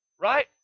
right